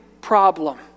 problem